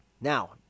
Now